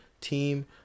team